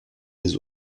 les